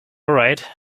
right